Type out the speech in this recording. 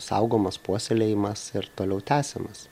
saugomas puoselėjamas ir toliau tęsiamas